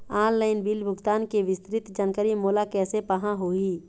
Online bill भुगतान के विस्तृत जानकारी मोला कैसे पाहां होही?